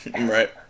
Right